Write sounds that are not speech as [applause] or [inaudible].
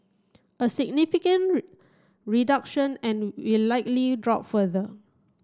a significant [unintelligible] reduction and will likely drop further